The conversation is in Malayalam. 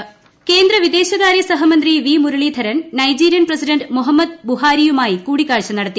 വി മുരളീധരൻ കേന്ദ്ര വിദേശകാര്യ സഹ്മുന്ത്രി V Muraleedharan Nigerian president Muhammad ബുഹാരിയുമായി കൂടിക്കാഴ്ച നടത്തി